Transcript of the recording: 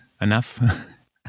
enough